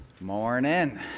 morning